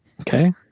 okay